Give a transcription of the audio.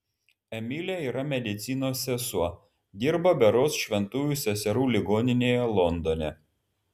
emilė yra medicinos sesuo dirba berods šventųjų seserų ligoninėje londone